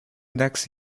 next